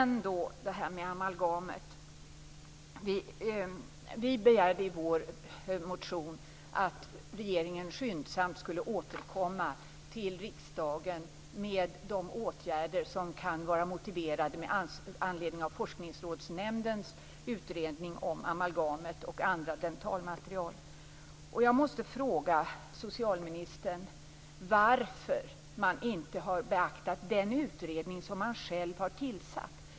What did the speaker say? När det gäller amalgamet begärde vi i vår motion att regeringen skyndsamt skulle återkomma till riksdagen med förslag till åtgärder som kan vara motiverade med anledning av Forskningsrådsnämndens utredning om amalgamet och andra dentalmaterial. Jag måste fråga socialministern varför man inte har beaktat den utredning som man själv har tillsatt.